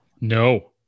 No